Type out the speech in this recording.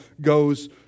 goes